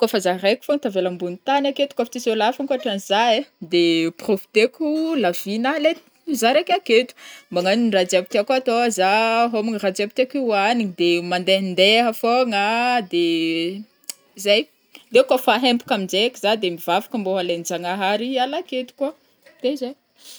Koa fa za raiky fôgna tavela ambôny tany aketo kô fa tsisy ôlo hafa ankôhatranza ai de profiter ko, lavie-na le za raiky aketo magnano rah jiaby tiako atô za, hômagna raha jiaby tiako ohagniny de mandehandeha fôgna de zay de kô fa hempaka amzegny za de mivavaka mbô ho alainjagnahary hiala aketo koa, de zay.